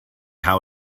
how